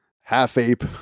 half-ape